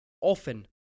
often